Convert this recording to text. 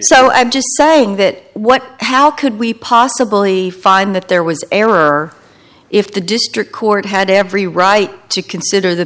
so i'm just saying that what how could we possibly find that there was error if the district court had every right to consider the